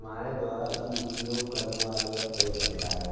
हमारे द्वारा उपयोग करने वाले ऐप कई प्रकार हैं